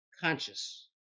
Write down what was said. conscious